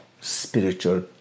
spiritual